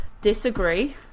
disagree